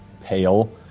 pale